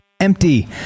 empty